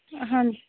ਹਾਂਜੀ